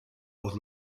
was